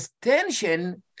tension